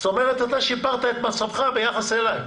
זאת אומרת, אתה שיפרת את מצבך ביחס אליי.